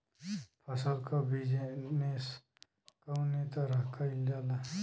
फसल क बिजनेस कउने तरह कईल जाला?